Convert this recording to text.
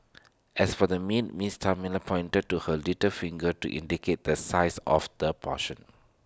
as for the meat miss tart miller pointed to her little finger to indicate the size of the portion